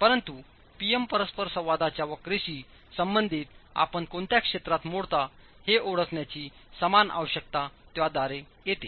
परंतु P M परस्परसंवादाच्या वक्रेशी संबंधित आपण कोणत्या क्षेत्रात मोडता हे ओळखण्याची समान आवश्यकता त्याद्वारे येते